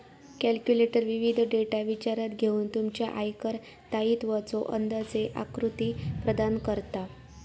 calculator विविध data विचारात घेऊन तुमच्या आयकर दायित्वाचो अंदाजे आकृती प्रदान करता